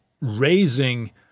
raising